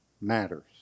matters